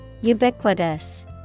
Ubiquitous